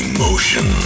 Emotion